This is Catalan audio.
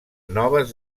noves